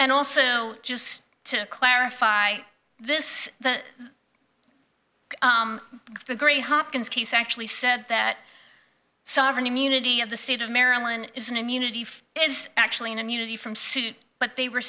and also just to clarify this the the great hopkins case actually said that sovereign immunity of the state of maryland is an immunity is actually an immunity from suit but they were